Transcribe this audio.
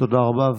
תודה רבה.